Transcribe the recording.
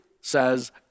says